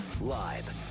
Live